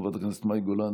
חברת הכנסת מאי גולן,